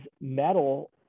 metal